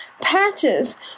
Patches